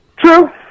True